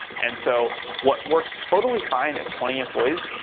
and so what works totally fine at twenty employees,